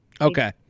Okay